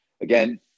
Again